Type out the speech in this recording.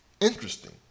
interesting